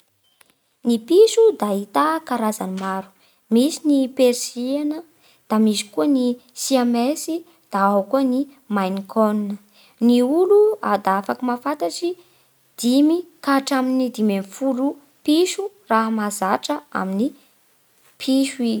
Ny piso da ahità karaza maro. Misy ny persiana, da misy koa ny siamesy, da ao koa ny maine conne. Ny olo a da afaky mahafantatsy dimy ka hatramin'ny dimy ambin'ny folo piso raha mahazatra amin'ny piso i.